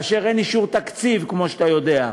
כאשר אין אישור תקציב, כמו שאתה יודע,